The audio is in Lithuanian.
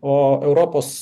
o europos